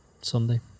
Sunday